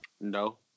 No